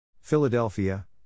Philadelphia